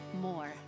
more